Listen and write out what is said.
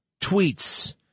Tweets